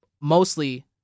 mostly